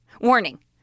Warning